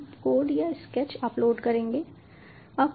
हम कोड या sketch upload करेंगे